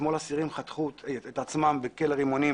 אתמול אסירים חתכו את עצמם בכלא רימונים